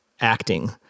acting